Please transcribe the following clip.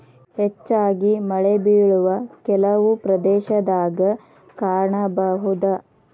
ಹೆಚ್ಚಾಗಿ ಮಳೆಬಿಳುವ ಕೆಲವು ಪ್ರದೇಶದಾಗ ಕಾಣಬಹುದ